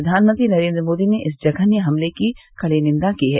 प्रधानमंत्री नरेन्द्र मोदी ने इस जघन्य हमले की कड़ी निंदा की है